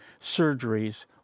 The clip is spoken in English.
surgeries